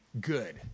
good